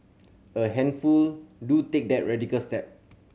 a handful do take that radical step